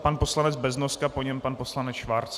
Pan poslanec Beznoska, po něm pan poslanec Schwarz.